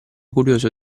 curioso